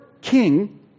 King